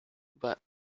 but